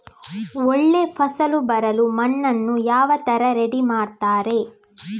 ಒಳ್ಳೆ ಫಸಲು ಬರಲು ಮಣ್ಣನ್ನು ಯಾವ ತರ ರೆಡಿ ಮಾಡ್ತಾರೆ?